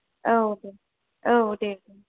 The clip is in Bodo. औ दे औ दे